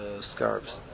scarves